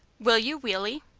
will you, weally?